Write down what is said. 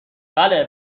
بله